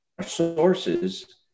sources